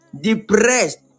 depressed